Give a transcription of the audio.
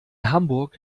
hamburg